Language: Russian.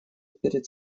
перед